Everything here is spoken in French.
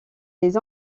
les